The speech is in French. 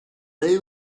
est